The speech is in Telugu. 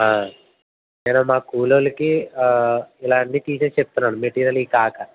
నేను మా కూలోళ్ళకి ఇలా అన్ని తీసేసి చెప్తున్నాను మెటీరియల్ కాక